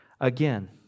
again